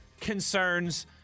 concerns